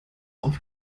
auf